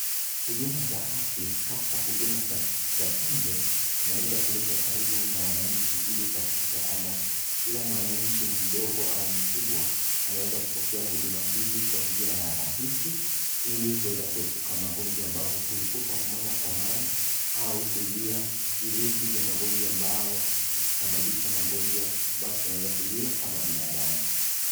Huduma za afya hasa huduma za chanjo zinaweza kuletwa karibu na wananchi ili kuhakikisha kwamba kila mwananchi mdogo au mkubwa anaeza kupokea huduma hizi kwa njia ya rahisi, ili kuweza kuepuka magonjwa ambayo hukurupuka mara kwa mara au kuzuia viruzi kwa magonjwa ambayo husababisha magonjwa ambayo tunaeza kuzuia kama binadamu.